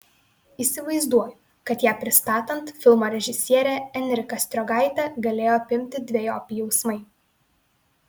įsivaizduoju kad ją pristatant filmo režisierę enriką striogaitę galėjo apimti dvejopi jausmai